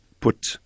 put